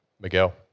Miguel